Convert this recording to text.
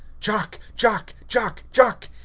jock, jock, jock, jock,